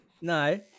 No